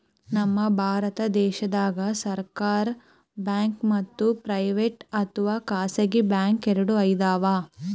ನಮ್ ಭಾರತ ದೇಶದಾಗ್ ಸರ್ಕಾರ್ ಬ್ಯಾಂಕ್ ಮತ್ತ್ ಪ್ರೈವೇಟ್ ಅಥವಾ ಖಾಸಗಿ ಬ್ಯಾಂಕ್ ಎರಡು ಅದಾವ್